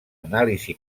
anàlisi